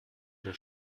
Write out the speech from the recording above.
der